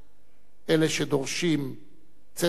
אלה שדורשים צדק היסטורי